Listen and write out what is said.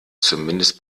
zumindest